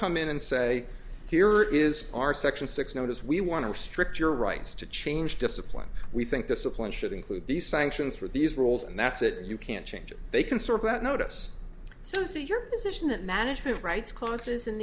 come in and say here is our section six notice we want to restrict your rights to change discipline we think discipline should include these sanctions for these rules and that's it you can't change it they can sort out a notice so say your position that management rights clauses in